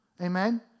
Amen